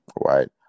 right